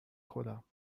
خودم